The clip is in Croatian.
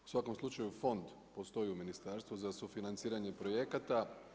U svakom slučaju fond postoji u Ministarstvu za sufinanciranje projekata.